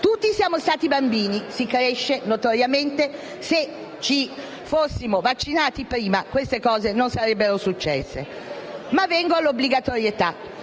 Tutti siamo stati bambini; notoriamente si cresce e se ci fossimo vaccinati prima queste cose non sarebbero successe. Passando all'obbligatorietà,